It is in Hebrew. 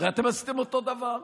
הרי אתם עשיתם אותו דבר.